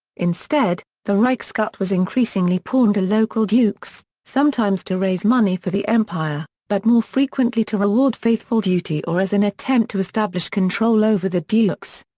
instead, the reichsgut was increasingly pawned to local dukes, sometimes to raise money for the empire, but more frequently to reward faithful duty or as an attempt to establish control over the dukes.